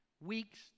Weeks